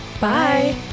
Bye